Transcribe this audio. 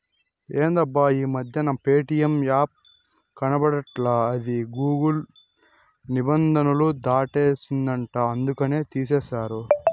ఎందబ్బా ఈ మధ్యన ప్యేటియం యాపే కనబడట్లా అది గూగుల్ నిబంధనలు దాటేసిందంట అందుకనే తీసేశారు